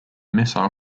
missile